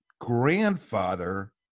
grandfather